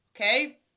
okay